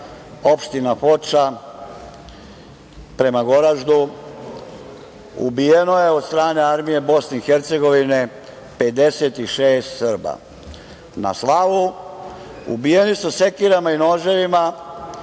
opština Foča, prema Goraždu, ubijeno je od strane armije Bosne i Hercegovine 56 Srba na slavu. Ubijeni su sekirama i noževima